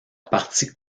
partie